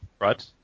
right